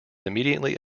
immediately